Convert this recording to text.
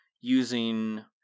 using